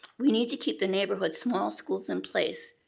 we need to keep the neighborhood small schools in place.